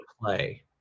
play